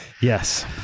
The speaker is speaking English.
yes